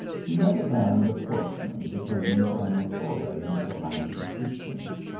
he met a band of horsemen returning from a foray into the land of the christians.